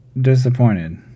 Disappointed